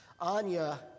Anya